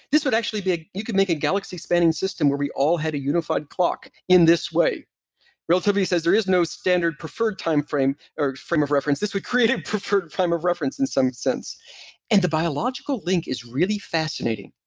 this would actually you could make a galaxy spanning system where we all had a unified clock in this way relativity says there is no standard preferred time frame, or frame of reference. this would create a preferred frame of reference, in some sense and the biological link is really fascinating.